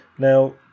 Now